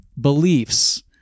beliefs